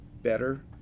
better